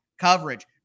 coverage